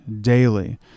daily